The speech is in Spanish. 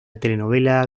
telenovela